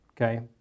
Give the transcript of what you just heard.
okay